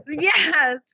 Yes